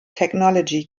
technology